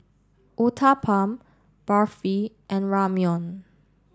Uthapam Barfi and Ramyeon